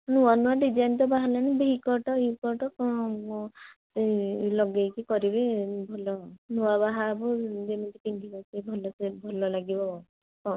ନୂଆ ନୂଆ ଡିଜାଇନ୍ ତ ବାହାରିଲାଣି ଭି କଟ୍ ୟୁ କଟ୍ କ'ଣ ଏଇ ଲଗାଇକି କରିବେ ଭଲ ନୂଆ ବାହା ହବ ଯେମିତି ପିନ୍ଧିବେ ସେ ଭଲ ସେ ଭଲ ଲାଗିବ ହଁ